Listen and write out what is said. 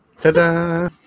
Ta-da